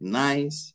nice